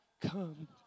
come